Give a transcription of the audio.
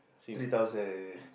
three thousand